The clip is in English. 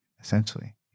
essentially